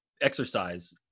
exercise